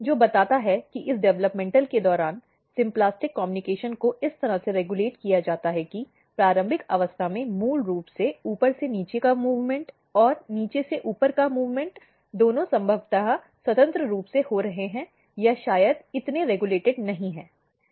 जो बताता है कि इस डेवलपमेंटल के दौरान सिंप्लास्टिक कम्युनिकेशन को इस तरह से रेगुलेट किया जाता है कि प्रारंभिक अवस्था में मूल रूप से ऊपर से नीचे का मूवमेंट और नीचे से ऊपर का मूवमेंट दोनों संभवत स्वतंत्र रूप से हो रही हैं या शायद कितने रेगुलेटेड नहीं हैं